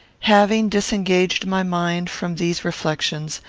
having disengaged my mind from these reflections,